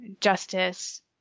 justice